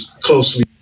closely